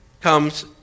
comes